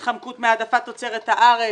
התחמקות מהעדפת תוצרת הארץ,